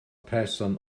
person